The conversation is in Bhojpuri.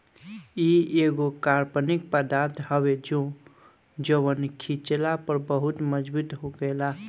इ एगो कार्बनिक पदार्थ हवे जवन खिचला पर बहुत मजबूत होखेला